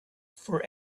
for